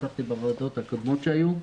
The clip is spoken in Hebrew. השתתפתי בוועדות הקודמות שהיו.